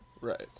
Right